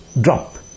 drop